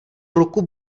ruku